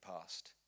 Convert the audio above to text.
past